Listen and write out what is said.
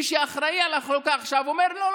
מי שאחראי לחלוקה עכשיו אומר: לא,